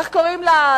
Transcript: איך קוראים לה,